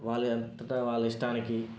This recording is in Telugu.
వాళ్లంతట వాళ్ళ ఇష్టానికి